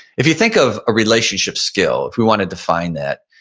if you think of a relationship skill, if we wanted to find that,